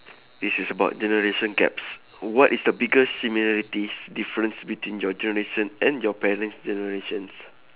this is about generation gaps what is the biggest similarities difference between your generation and your parent generations